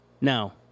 Now